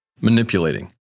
manipulating